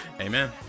Amen